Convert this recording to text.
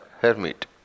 hermit